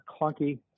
clunky